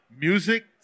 Music